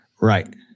right